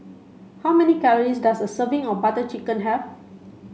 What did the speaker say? how many calories does a serving of Butter Chicken have